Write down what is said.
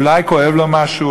אולי כואב לו משהו,